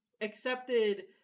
accepted